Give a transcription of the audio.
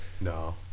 no